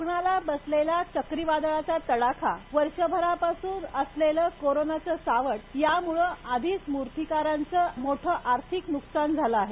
कोकणाला बसलेला चक्रीवादळाचा तडाखा वर्षभरापासून असलेलं कोरोनाचं सावट यामुळे आधीच मुर्तीकारांचं मोठं आर्थिक नुकसान झालं आहे